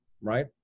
right